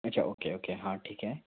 अच्छा okay okay हाँ ठीक है